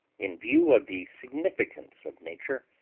in view of the significance of nature,